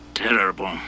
terrible